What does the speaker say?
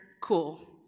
cool